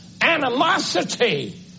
animosity